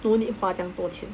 不用 need 花这么多钱